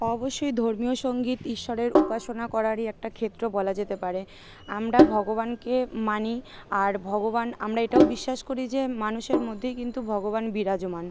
অবশ্যই ধর্মীয় সঙ্গীত ঈশ্বরের উপাসনা করারই একটি ক্ষেত্র বলা যেতে পারে আমরা ভগবানকে মানি আর ভগবান আমরা এটাও বিশ্বাস করি যে মানুষের মধেই কিন্তু ভগবান বিরাজমান